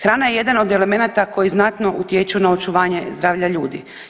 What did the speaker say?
Hrana je jedan od elemenata koji znatno utječu na očuvanje zdravlja ljudi.